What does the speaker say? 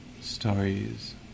stories